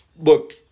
Look